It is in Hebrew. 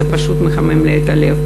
זה פשוט מחמם לי את הלב.